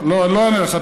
קטנה, אני לא אענה לך.